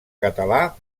català